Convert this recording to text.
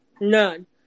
None